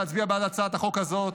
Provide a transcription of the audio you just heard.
להצביע בעד הצעת החוק הזאת